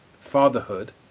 fatherhood